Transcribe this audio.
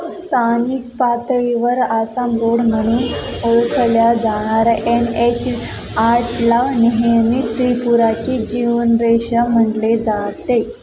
स्थानिक पातळीवर आसाम गोड म्हणून ओळखल्या जाणारा एन एच आठला नेहमी त्रिपुराची जीवनरेषा म्हटले जाते